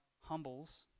humbles